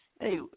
hey